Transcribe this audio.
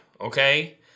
okay